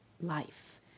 life